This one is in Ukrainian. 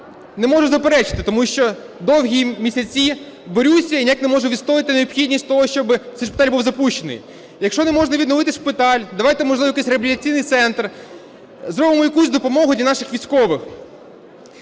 не можу заперечити, тому що довгі місяці борюся і ніяк не можу відстояти необхідність того, щоби цей шпиталь був запущений. Якщо не можна відновити шпиталь, давайте, можливо, якийсь реабілітаційний центр, зробимо якусь допомогу для наших військових.